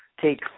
take